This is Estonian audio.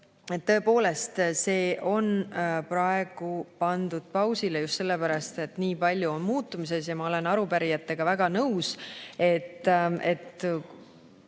Tõepoolest, see on praegu pandud pausile just sellepärast, et nii palju on muutumises. Ma olen arupärijatega väga nõus, et